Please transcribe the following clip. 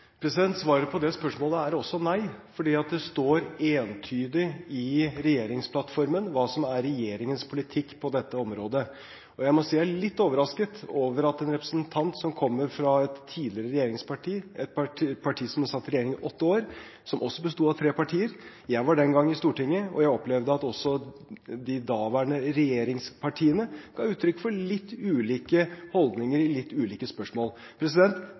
Svaret på det spørsmålet er også nei, for det står entydig i regjeringsplattformen hva som er regjeringens politikk på dette området. Jeg må si jeg er litt overrasket over en representant som kommer fra et tidligere regjeringsparti, et parti som satt i en regjering i åtte år som også besto av tre partier. Jeg var den gangen i Stortinget, og jeg opplevde at de daværende regjeringspartiene ga uttrykk for litt ulike holdninger i litt ulike spørsmål.